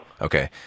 Okay